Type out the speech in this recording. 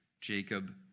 Jacob